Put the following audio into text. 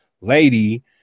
lady